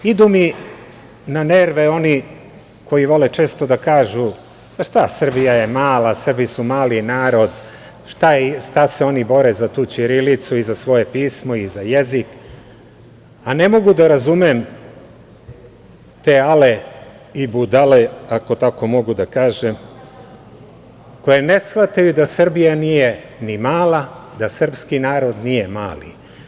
Idu mi na nerve oni koji vole često da kažu – Srbija je mala, Srbi su mali narod, šta se oni bore za tu ćirilicu i za svoje pismo i za jezik, a ne mogu da razumem te ale i budale, ako tako mogu da kažem, koje ne shvataju da Srbija nije ni mala, da srpski narod nije mali.